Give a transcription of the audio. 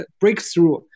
breakthrough